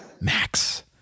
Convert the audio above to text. Max